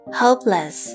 hopeless